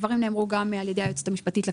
הדברים נאמרו גם על ידי היועצת המשפטית לכנסת,